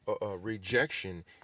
rejection